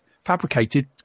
fabricated